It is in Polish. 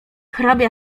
hrabia